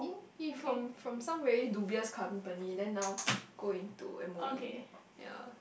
he from from some really dubious company then now go into M_O_E